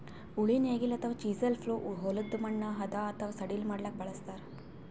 ಉಳಿ ನೇಗಿಲ್ ಅಥವಾ ಚಿಸೆಲ್ ಪ್ಲೊ ಹೊಲದ್ದ್ ಮಣ್ಣ್ ಹದಾ ಅಥವಾ ಸಡಿಲ್ ಮಾಡ್ಲಕ್ಕ್ ಬಳಸ್ತಾರ್